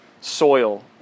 soil